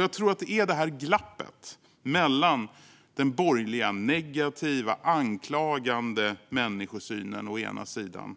Jag tror att det är det här glappet mellan den borgerliga negativa, anklagande människosynen å ena sidan